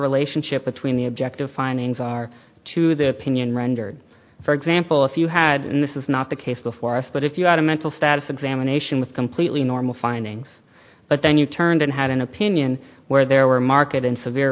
relationship between the objective findings are to the opinion rendered for example if you had this is not the case before us but if you had a mental status examination with completely normal findings but then you turned and had an opinion where there were market and severe